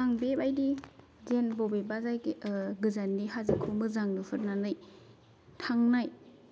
आं बेबायदि दिन बबेबा जायगा गोजाननि हाजोखौ मोजां नुहुरनानै थांनाय